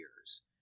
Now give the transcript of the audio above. years